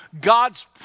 God's